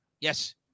Yes